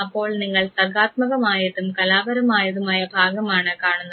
അപ്പോൾ നിങ്ങൾ സർഗാത്മകമായതും കലാപരമായതുമായ ഭാഗമാണ് കാണുന്നത്